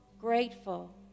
grateful